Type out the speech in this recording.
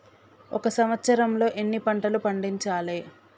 ఒక సంవత్సరంలో ఎన్ని పంటలు పండించాలే?